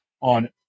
on